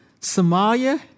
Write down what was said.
Somalia